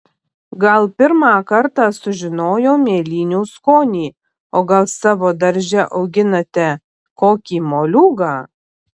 gal pirmą kartą sužinojo mėlynių skonį o gal savo darže auginate kokį moliūgą